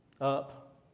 up